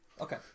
Okay